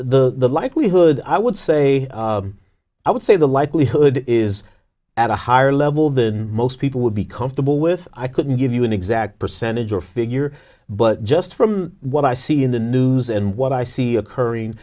the likelihood i would say i would say the likelihood is at a higher level than most people would be comfortable with i couldn't give you an exact percentage or figure but just from what i see in the news and what i see occurring